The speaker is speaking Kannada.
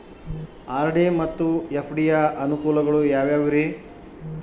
ಆರ್.ಡಿ ಮತ್ತು ಎಫ್.ಡಿ ಯ ಅನುಕೂಲಗಳು ಯಾವ್ಯಾವುರಿ?